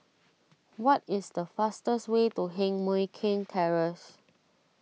what is the fastest way to Heng Mui Keng Terrace